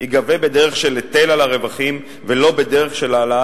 ייגבה בדרך של היטל על הרווחים ולא בדרך של העלאת